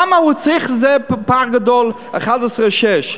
למה הוא צריך כזה פער גדול, 11 מול שישה?